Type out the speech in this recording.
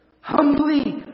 humbly